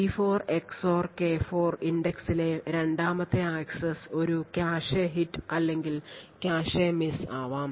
P4 XOR K4 index ലെ രണ്ടാമത്തെ access ഒരു കാഷെ ഹിറ്റ് അല്ലെങ്കിൽ കാഷെ miss ആവാം